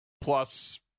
plus